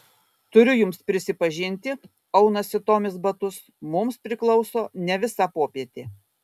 turiu jums prisipažinti aunasi tomis batus mums priklauso ne visa popietė